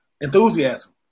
Enthusiasm